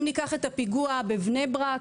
אם ניקח את הפיגוע בבני ברק,